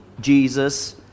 Jesus